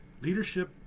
Leadership